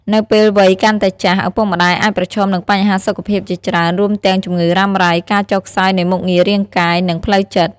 នៅពេលវ័យកាន់តែចាស់ ឪពុកម្ដាយអាចប្រឈមនឹងបញ្ហាសុខភាពជាច្រើន រួមទាំងជំងឺរ៉ាំរ៉ៃ ការចុះខ្សោយនៃមុខងាររាងកាយ និងផ្លូវចិត្ត។